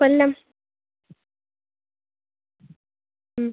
കൊല്ലം